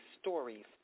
Stories